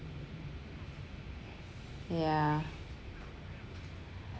yeah